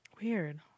Weird